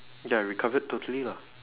ya recovered totally lah